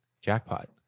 jackpot